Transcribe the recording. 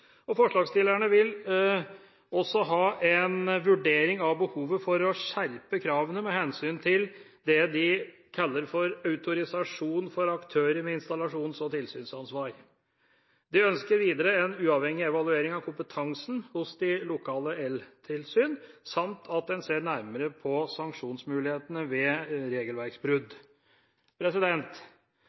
ferdigstillelse. Forslagsstillerne vil også ha en vurdering av behovet for å skjerpe kravene med hensyn til det de kaller autorisasjon for aktører med installasjons- og tilsynsansvar. De ønsker videre en uavhengig evaluering av kompetansen hos de lokale eltilsyn samt at en ser nærmere på sanksjonsmulighetene ved regelverksbrudd.